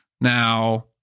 Now